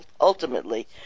ultimately